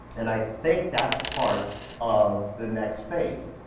and i think that's part of the next phase.